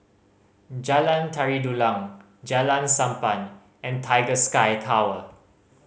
Jalan Tari Dulang Jalan Sappan and Tiger Sky Tower